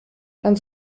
dann